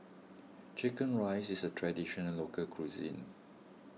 Chicken Rice is a Traditional Local Cuisine